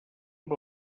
amb